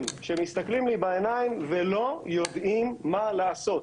שמסתכלים לי בעיניים ולא יודעים מה לעשות,